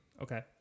Okay